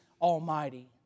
Almighty